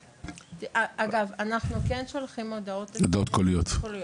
אגב, אנחנו כן שולחים הודעות קוליות,